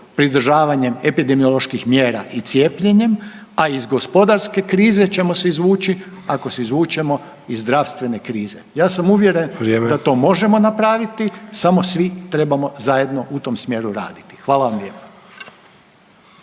pridržavanjem epidemioloških mjera i cijepljenjem, a iz gospodarske krize ćemo se izvući ako se izvučeno iz zdravstvene krize. Ja sam uvjeren da to možemo napraviti samo svi trebamo zajedno u tom smjeru raditi. Hvala vam lijepa.